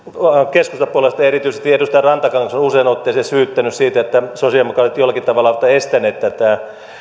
keskustapuolueesta erityisesti edustaja rantakangas on useaan otteeseen syyttänyt että sosialidemokraatit jollakin tavalla ovat estäneet tätä